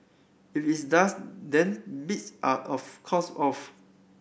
if is does then beats are of course off